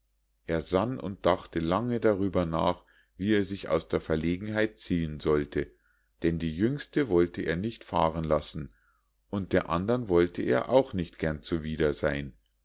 er sann und dachte lange darüber nach wie er sich aus der verlegenheit ziehen sollte denn die jüngste wollte er nicht fahren lassen und der andern wollte er auch nicht gern zuwider sein